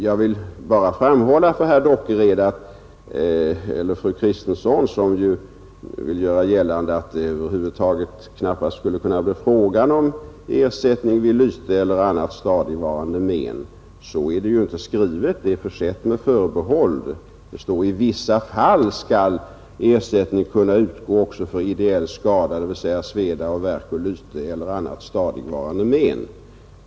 Jag vill bara framhålla för fru Kristensson, som gör gällande att det över huvud taget knappast skulle kunna bli fråga om ersättning vid lyte eller annat stadigvarande men, att så är det ju inte skrivet. Förslaget är försett med förbehåll. Det står att i vissa fall skall ersättning kunna utgå också för ideell skada, dvs. sveda och värk och lyte eller annat stadigvarande men.